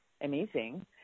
amazing